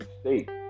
state